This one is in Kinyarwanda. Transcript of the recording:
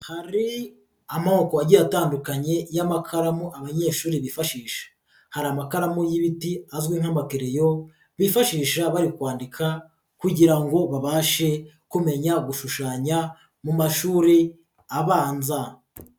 Hari amoko agiye atandukanye y'amakaramu abanyeshuri bifashisha. Hari amakaramu y'ibiti azwi nk'abakereyo bifashisha bari kwandika, kugira ngo babashe kumenya gushushanya mu mashuri abanza.